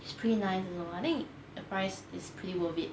it's pretty nice you know I think the price is pretty worth it